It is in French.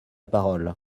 parole